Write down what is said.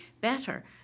better